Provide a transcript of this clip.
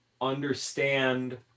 understand